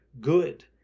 good